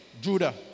Judah